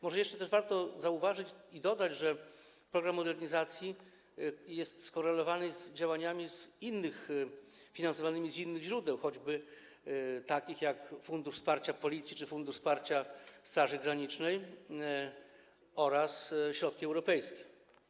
Może jeszcze też warto zauważyć i dodać, że program modernizacji jest skorelowany z działaniami finansowanymi z innych źródeł, choćby takich jak Fundusz Wsparcia Policji czy Fundusz Wsparcia Straży Granicznej oraz środki europejskie.